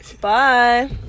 Bye